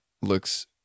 looks